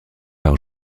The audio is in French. par